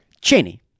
Cheney